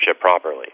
properly